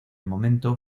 momento